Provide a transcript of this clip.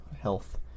health